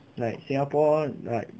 like singapore like